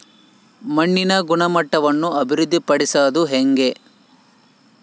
ಮಣ್ಣಿನ ಗುಣಮಟ್ಟವನ್ನು ಅಭಿವೃದ್ಧಿ ಪಡಿಸದು ಹೆಂಗೆ?